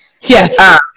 Yes